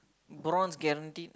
bronze guaranteed